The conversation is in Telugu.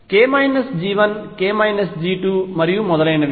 k G1 k G2 మరియు మొదలైనవి